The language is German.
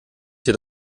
hier